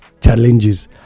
challenges